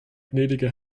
gnädige